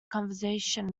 conversation